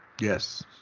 Yes